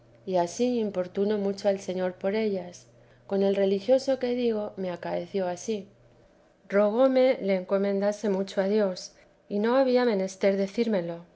y ansí importuno mucho al señor por ellas con el religioso que digo me acaeció ansí rogóme le encomendase mucho a dios y no había menester decírmelo